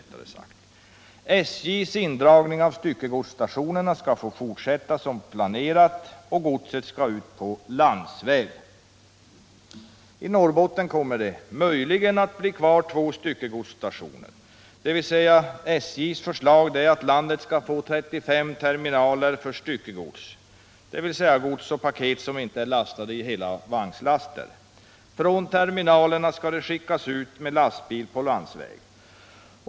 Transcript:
SJ:s indragning av styckegodsstationerna skall få fortsätta som planerat och godset skall ut på landsväg. I Norrbotten kommer det att möjligen bli kvar två styckegodsstationer. SJ:s förslag är att landet skall få ett 35-tal terminaler för styckegods, dvs. gods och paket som inte är lastade i hela vagnslaster. Från terminalerna skall godset skickas ut med lastbil på landsväg.